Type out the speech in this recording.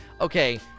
Okay